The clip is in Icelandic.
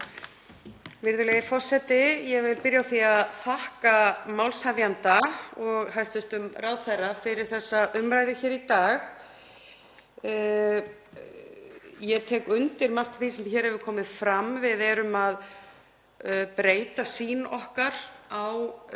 Virðulegi forseti. Ég vil byrja á því að þakka málshefjanda og hæstv. ráðherra fyrir þessa umræðu hér í dag. Ég tek undir margt af því sem hér hefur komið fram. Við erum að breyta sýn okkar á